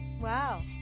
Wow